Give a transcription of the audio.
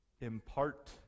impart